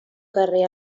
carrer